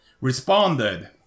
responded